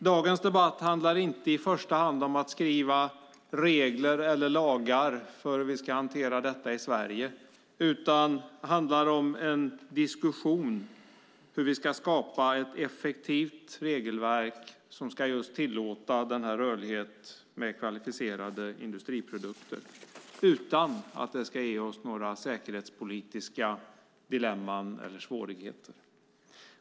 Dagens debatt handlar inte i första hand om att skriva regler eller lagar för hur vi ska hantera detta i Sverige, utan det är en diskussion om hur vi ska skapa ett effektivt regelverk som ska tillåta just denna rörlighet med kvalificerade industriprodukter utan att det ska ge några säkerhetspolitiska dilemman eller svårigheter.